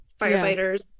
firefighters